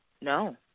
No